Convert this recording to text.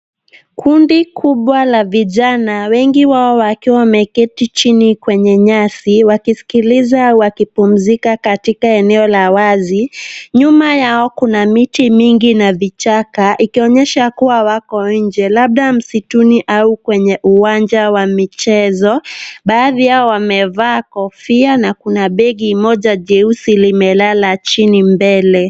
Kundi kubwa la vijana, wengi wao wakiwa wameketi chini kwenye nyasi, wakisikiliza au wakipumzika katika eneo la wazi. Nyuma yao kuna miti mingi na vichaka, ikionyesha kuwa wako nje, labda msituni au kwenye uwanja wa michezo. Baadhi yao wamevaa kofia na kuna begi moja jeusi limelala chini mbele.